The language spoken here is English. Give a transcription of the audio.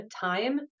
time